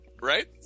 right